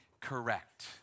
correct